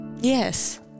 Yes